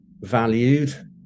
valued